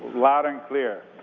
loud and clear.